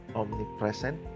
omnipresent